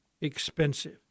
expensive